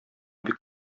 бик